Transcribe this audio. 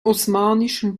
osmanischen